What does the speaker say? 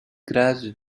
grass